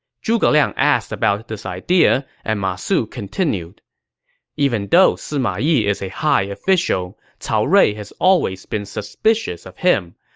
zhuge liang asked about this idea, and ma su continued even though sima yi is a high official, cao rui has always been suspicious of him.